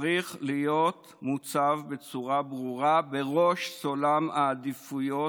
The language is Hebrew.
זה צריך להיות מוצב בצורה ברורה בראש סולם העדיפויות,